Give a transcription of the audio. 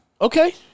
Okay